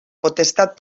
potestat